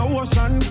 ocean